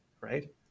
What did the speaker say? right